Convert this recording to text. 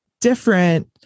different